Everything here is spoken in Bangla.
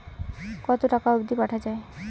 কতো টাকা অবধি পাঠা য়ায়?